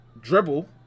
dribble